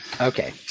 Okay